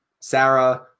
Sarah